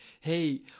Hey